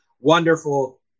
wonderful